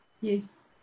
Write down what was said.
Yes